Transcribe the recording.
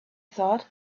thought